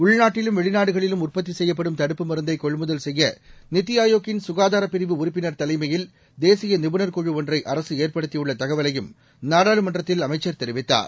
உள்நாட்டிலும் வெளிநாடுகளிலும் உற்பத்தி செய்யப்படும் தடுப்பு மருந்தை கொள்முதல் செய்ய நித்தி ஆயோக்கின் ககாதாரப் பிரிவு உறுப்பினர் தலைமையில் தேசிய நிபுணர் குழு ஒன்றை அரசு ஏற்படுத்தியுள்ள தகவலையும் நாடாளுமன்றத்தில் அமைச்சர் தெரிவித்தார்